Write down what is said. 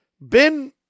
Ben